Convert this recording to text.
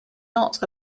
not